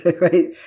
Right